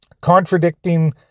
contradicting